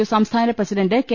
U സംസ്ഥാന president K